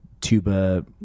tuba